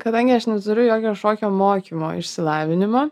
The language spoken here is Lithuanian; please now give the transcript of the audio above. kadangi aš neturiu jokio šokio mokymo išsilavinimo